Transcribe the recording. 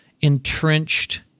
entrenched